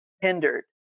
hindered